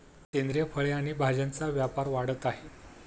सेंद्रिय फळे आणि भाज्यांचा व्यापार वाढत आहे